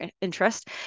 interest